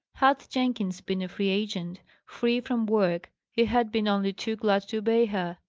had jenkins been a free agent free from work he had been only too glad to obey her.